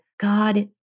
God